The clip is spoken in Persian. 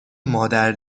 مادر